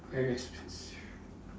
very expensive